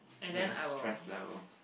like stress level